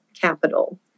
capital